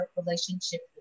relationship